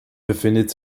befindet